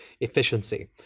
Efficiency